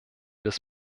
des